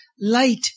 light